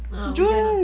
ah hujan ah